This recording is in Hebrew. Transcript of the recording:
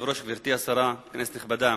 כבוד היושב-ראש, גברתי השרה, כנסת נכבדה,